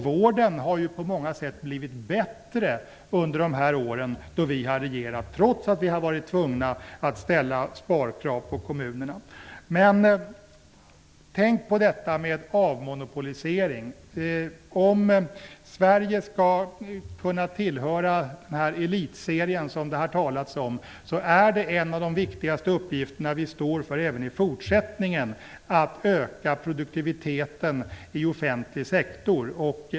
Vården har ju på många sätt blivit bättre under dessa år då vi har regerat, trots att vi har varit tvungna att ställa sparkrav på kommunerna. Tänk på detta med avmonopolisering! Om Sverige skall kunna tillhöra den elitserie som det har talats om är en av de viktigaste uppgifterna vi står inför även i fortsättning att öka produktiviteten i den offentliga sektorn.